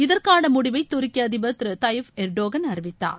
இதற்கான முடிவை துருக்கி அதிபர் திரு தயீப் எர்டோகன் அறிவித்தார்